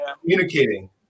communicating